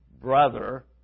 brother